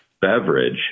beverage